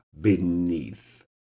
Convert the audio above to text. beneath